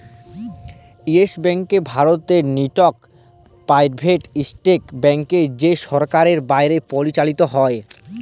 yes Bank ভারতের ইকট private sector bank যেট সরকারের বাইরে পরিচালিত হ্যয়